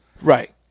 Right